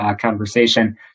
conversation